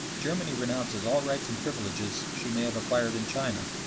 germany renounces all rights and privileges she may have acquired in china.